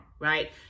right